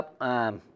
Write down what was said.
up